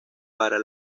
para